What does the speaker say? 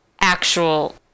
actual